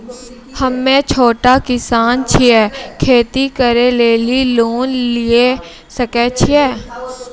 हम्मे छोटा किसान छियै, खेती करे लेली लोन लिये सकय छियै?